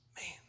Man